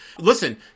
listen